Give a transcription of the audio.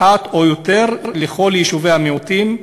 אחת או יותר, לכלל יישובי המיעוטים,